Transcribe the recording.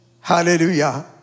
Hallelujah